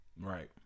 Right